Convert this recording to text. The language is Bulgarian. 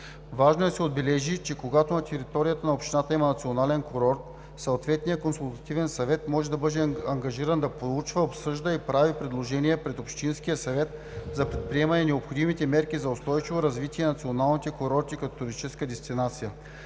Важно е да се отбележи, че когато на територията на общината има национален курорт, съответният консултативен съвет може да бъде ангажиран да проучва, обсъжда и прави предложения пред общинския съвет за предприемане на необходимите мерки за устойчиво развитие на националните курорти като туристическа дестинация.